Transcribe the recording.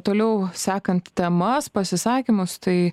toliau sekant temas pasisakymus tai